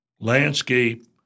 landscape